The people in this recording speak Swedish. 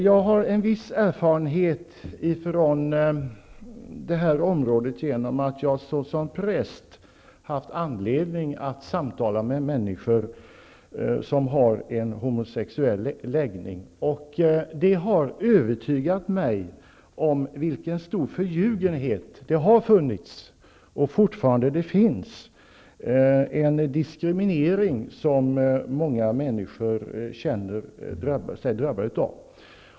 Jag har en viss erfarenhet från det här området genom att jag såsom präst har haft anledning att samtala med människor som har en homosexuell läggning. Det har övertygat mig om vilken stor förljugenhet som har funnits och fortfarande finns. Det är en diskriminering som många människor känner sig drabbade av.